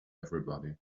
everybody